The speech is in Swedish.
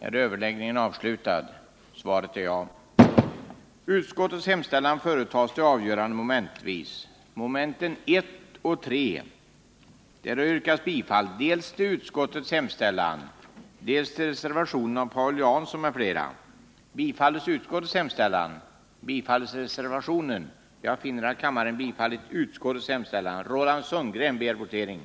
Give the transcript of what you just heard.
Herr talman! Om vi inte har tappat kontrollen över ekonomin, så vill ändå riksbanken ha instrument för att kunna bedriva en effektiv kreditpolitik. Det tycker jag är ett tungt vägande argument i ett läge där vi har så enorma budgetunderskott. Om minst hälften av de röstande röstar nej har kammaren beslutat att ärendet i sin helhet skall återförvisas till utskottet.